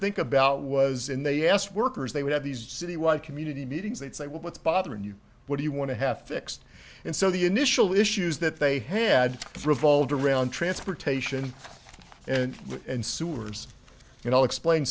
think about was in they asked workers they would have these citywide community meetings they'd say well what's bothering you what do you want to have fixed and so the initial issues that they had revolved around transportation and and sewers you know explain